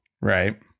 right